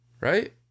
Right